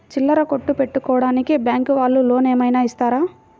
చిల్లర కొట్టు పెట్టుకోడానికి బ్యాంకు వాళ్ళు లోన్ ఏమైనా ఇస్తారా?